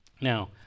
Now